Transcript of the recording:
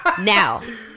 Now